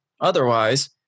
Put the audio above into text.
otherwise